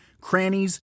crannies